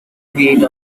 wait